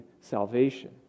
salvation